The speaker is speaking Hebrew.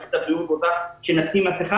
מערכת הבריאות רוצה שנשים מסכה,